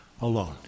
alone